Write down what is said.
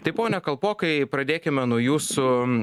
tai pone kalpokai pradėkime nuo jūsų